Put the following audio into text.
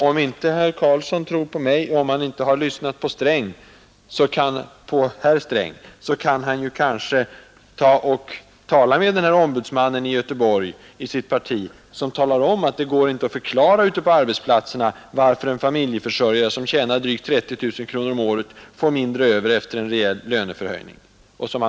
Om herr Karlsson inte tror på mig och inte har lyssnat på herr Sträng, så kan han kanske tala med den ombudsman i Göteborg som har skrivit till regeringen och partistyrelsen om att det inte går att förklara ute på arbetsplatserna varför en familjeförsörjare som tjänar drygt 30 000 kronor om året får mindre över efter en löneförhöjning.